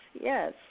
yes